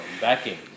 backing